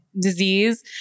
disease